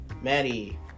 Maddie